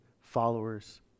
followers